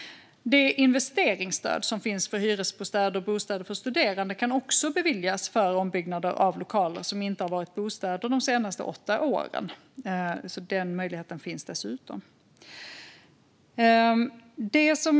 Det investeringsstöd som finns för hyresbostäder och bostäder för studerande kan också beviljas för ombyggnader av lokaler som inte har varit bostäder de senaste åtta åren. Denna möjlighet finns alltså också.